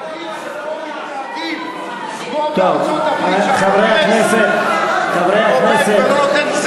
להגיד שפה מתנהגים כמו בארצות-הברית כשהקונגרס עומד ולא נותן,